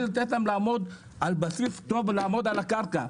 לתת להם לעמוד על בסיס טוב ולעמוד על הקרקע,